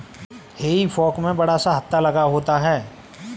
हेई fork में बड़ा सा हत्था लगा होता है